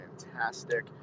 fantastic